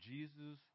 Jesus